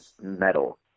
metal